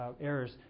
errors